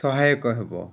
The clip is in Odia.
ସହାୟକ ହେବ